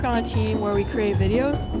um a team where we create videos.